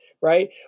right